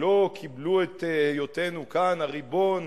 שלא קיבלו את היותנו כאן הריבון,